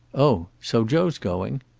oh. so joe's going?